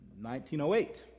1908